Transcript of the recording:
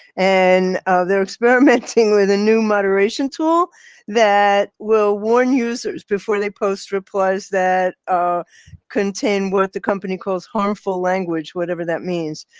and they're experimenting with a new moderation tool that will warn users before they post replies that contain what the company calls harmful language, whatever that means.